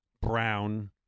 Brown